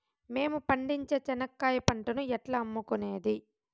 మేము పండించే చెనక్కాయ పంటను ఎట్లా అమ్ముకునేది?